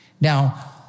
Now